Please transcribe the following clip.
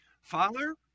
Father